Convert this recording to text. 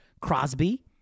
Crosby